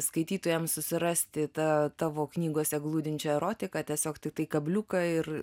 skaitytojams susirasti tą tavo knygose glūdinčią erotiką tiesiog tiktai kabliuką ir